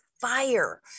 fire